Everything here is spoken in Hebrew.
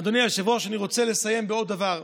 אדוני היושב-ראש, אני רוצה לסיים בעוד דבר.